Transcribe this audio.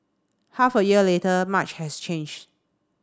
half a year later much has changed